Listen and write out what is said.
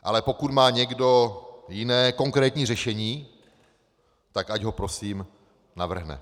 Ale pokud má někdo jiné konkrétní řešení, tak ať ho prosím navrhne.